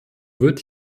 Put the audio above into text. wird